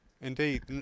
indeed